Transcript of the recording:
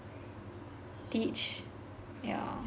teach yeah